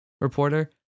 reporter